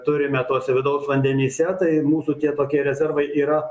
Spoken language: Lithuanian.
turime tuose vidaus vandenyse tai mūsų tie tokie rezervai yra